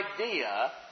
idea